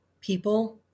people